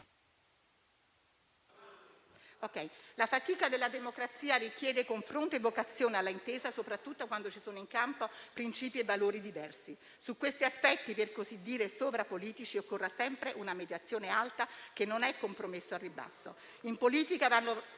La fatica della democrazia richiede confronto e vocazione all'intesa, soprattutto quando ci sono in campo principi e valori diversi. Su questi aspetti, per così dire, sovrapolitici occorre sempre una mediazione alta, che non è compromesso al ribasso.